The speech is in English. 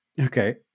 okay